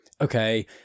okay